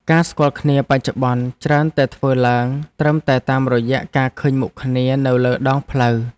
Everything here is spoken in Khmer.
ការស្គាល់គ្នាបច្ចុប្បន្នច្រើនតែធ្វើឡើងត្រឹមតែតាមរយៈការឃើញមុខគ្នានៅលើដងផ្លូវ។